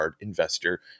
Investor